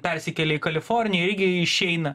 persikėlė į kaliforniją irgi išeina